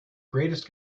greatest